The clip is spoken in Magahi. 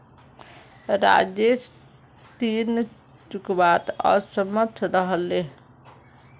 राजेश ऋण चुकव्वात असमर्थ रह ले